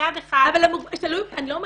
מצד אחד -- אני לא אומרת,